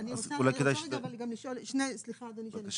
אני רוצה לשאול לגבי שני דברים.